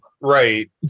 Right